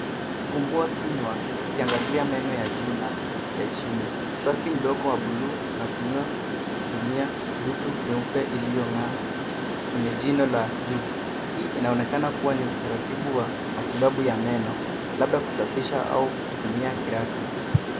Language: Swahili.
Fumbua kinywa ukiangazia meno ya juu na ya chini. Mswaki mdogo wa buluu unatumiwa kutumia dutu nyeupe iliyong'aa kwenye jino la juu. Hii inaonekana kuwa ni utaratibu wa matibabu ya meno, labda kusafisha au kutumia kiraka.